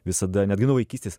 visada netgi nuo vaikystės